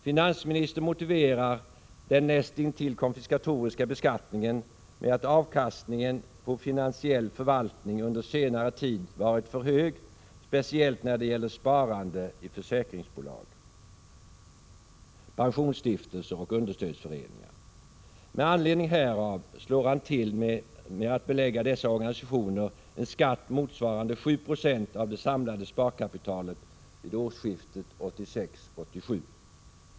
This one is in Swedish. Finansministern motiverar den näst intill konfiskatoriska beskattningen med att avkastningen på finansiell förvaltning under senare tid varit för hög, speciellt när det gäller sparandet i försäkringsbolag, pensionsstiftelser och understödsföreningar. Med anledning härav slår han till med att belägga dessa organisationer med en skatt motsvarande 7 26 på det samlade sparkapitalet vid årsskiftet 1986-1987.